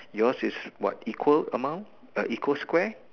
yours is what equal amount uh equal square